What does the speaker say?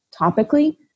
topically